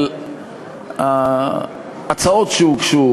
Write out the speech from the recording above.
אבל ההצעות שהוגשו,